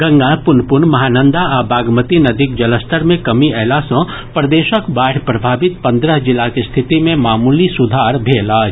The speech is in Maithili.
गंगा पुनपुन महानंदा आ बागमती नदीक जलस्तर मे कमी अयला सॅ प्रदेशक बाढ़ि प्रभावित पंद्रह जिलाक स्थिति मे मामूली सुधार भेल अछि